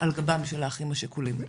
על גבם של האחים השכולים,